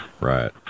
Right